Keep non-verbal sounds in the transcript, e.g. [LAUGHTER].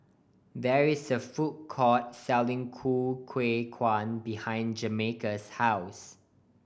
there is a food court selling ku [UNINTELLIGIBLE] behind Jamarcus' house